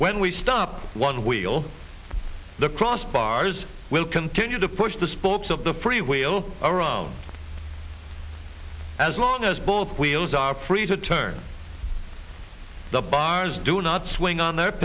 when we stop one wheel the cross bars will continue to push the spokes of the free wheel around as long as both wheels are free to turn the bars do not swing on their